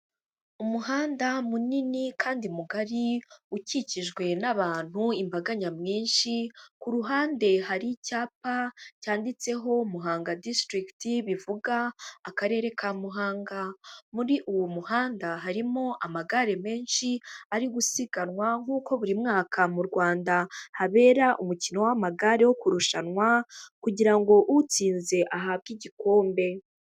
Umuhanda munini kandi mugari ukikijwe n'abantu imbaga nyamwinshi, ku ruhande hari icyapa cyanditseho Muhanga disitirigiti bivuga akarere ka Muhanga, muri uwo muhanda harimo amagare menshi ari gusiganwa nk'uko buri mwaka mu Rwanda habera umukino w'amagare wo kurushanwa kugira ngo utsinze ahabwe igikombe.